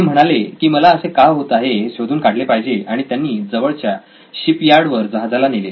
ते म्हणाले की मला असे का होत आहे हे शोधून काढले पाहिजे आणि त्यांनी जवळच्या शिपयार्ड वर जहाजाला नेले